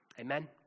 Amen